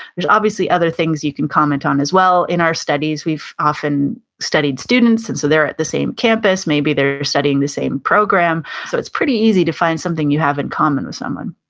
there's obviously other things you can comment on as well. in our studies we've often studied students and so they're at the same campus. maybe they're studying the same program, so it's pretty easy to find something you have in common with someone.